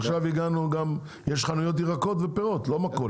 יש חנויות של ירקות ופירות, לא מכולת.